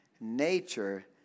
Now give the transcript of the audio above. Nature